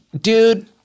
dude